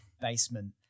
basement